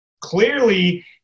clearly –